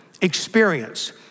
experience